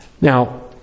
Now